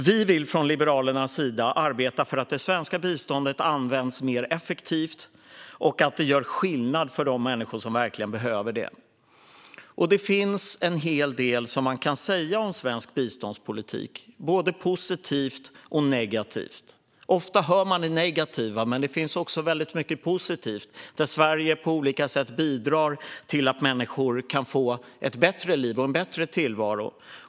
Vi vill från Liberalernas sida arbeta för att det svenska biståndet används mer effektivt och att det gör skillnad för de människor som verkligen behöver det. Det finns en hel del att säga om svensk biståndspolitik - både positivt och negativt. Ofta hör man det negativa, men det finns också mycket positivt, där Sverige på olika sätt bidrar till att människor kan få ett bättre liv och en bättre tillvaro.